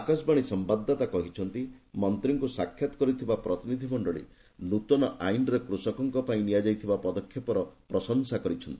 ଆକାଶବାଣୀ ସମ୍ଭାଦଦାତା କହିଛନ୍ତି ମନ୍ତ୍ରୀଙ୍କୁ ସାକ୍ଷାତ କରିଥିବା ପ୍ରତିନିଧ୍ୟମଣ୍ଡଳୀ ନୁତନ ଆଇନରେ କୃଷକଙ୍କ ପାଇଁ ନିଆଯାଇଥିବା ବିଭିନ୍ନ ପଦକ୍ଷେପର ପ୍ରଶଂସା କରିଛନ୍ତି